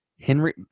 Henry